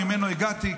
שממנו הגעתי,